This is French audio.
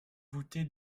voûté